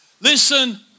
Listen